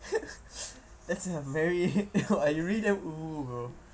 that's a very !wah! you really damn bro